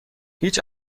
هیچ